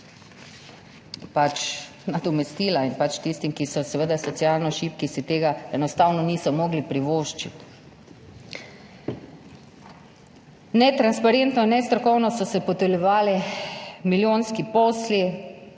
nadomestila. Tisti, ki so socialno šibki, si tega enostavno niso mogli privoščiti. Netransparentno, nestrokovno so se podeljevali milijonski posli